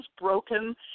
broken